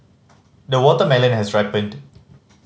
the watermelon has ripened